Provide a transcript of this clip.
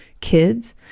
kids